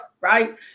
right